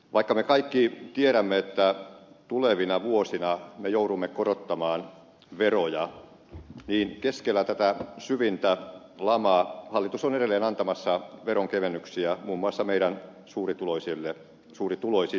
vaikka me kaikki tiedämme että tulevina vuosina me joudumme korottamaan veroja niin keskellä tätä syvintä lamaa hallitus on edelleen antamassa veronkevennyksiä muun muassa meidän suurituloisillekin